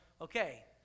okay